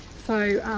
so